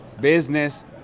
Business